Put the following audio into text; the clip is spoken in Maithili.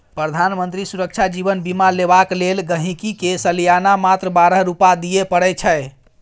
प्रधानमंत्री सुरक्षा जीबन बीमा लेबाक लेल गांहिकी के सलियाना मात्र बारह रुपा दियै परै छै